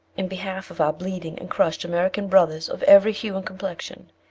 in behalf of our bleeding and crushed american brothers of every hue and complexion,